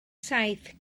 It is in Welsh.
saith